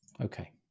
Okay